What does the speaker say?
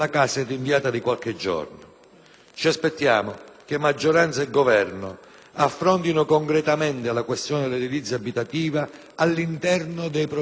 Ci aspettiamo che maggioranza e Governo affrontino concretamente la questione dell'edilizia abitativa all'interno dei provvedimenti anticrisi,